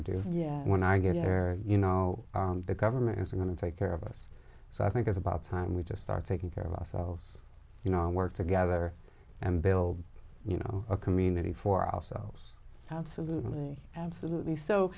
to do yeah when i get there you know the government is going to take care of us so i think it's about time we just start taking care of ourselves you know and work together and build you know a community for ourselves absolutely absolutely so